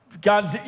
God's